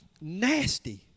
nasty